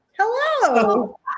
Hello